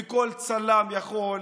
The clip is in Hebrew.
וכל צלם יכול,